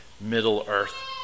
Middle-earth